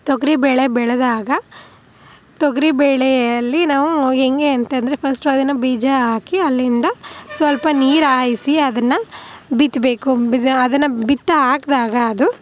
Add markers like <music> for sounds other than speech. ತೊಗರಿ ಬೇಳೆ ಬೆಳದಾಗ ತೊಗರಿ ಬೇಳೆಯಲ್ಲಿ ನಾವು ಹೆಂಗೆ ಅಂತ ಅಂದ್ರೆ ಫಸ್ಟು ಅದನ್ನು ಬೀಜ ಹಾಕಿ ಅಲ್ಲಿಂದ ಸ್ವಲ್ಪ ನೀರು ಹಾಯ್ಸಿ ಅದನ್ನು ಬಿತ್ತಬೇಕು <unintelligible> ಅದನ್ನು ಬಿತ್ತು ಹಾಕ್ದಾಗ ಅದು